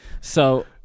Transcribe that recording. So-